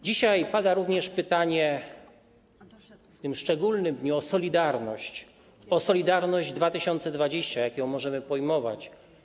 Dzisiaj pada również pytanie w tym szczególnym dniu o solidarność, o solidarność 2020, jak ją możemy pojmować.